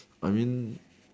I mean